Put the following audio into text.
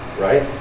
right